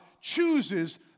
chooses